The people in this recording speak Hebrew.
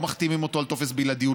לא מחתימים אותו על טופס בלעדיות,